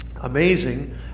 amazing